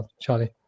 Charlie